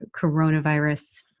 coronavirus